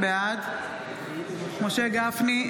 בעד משה גפני,